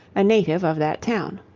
a native of that town.